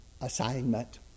assignment